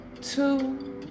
two